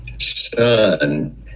son